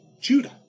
Judah